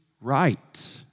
right